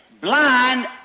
blind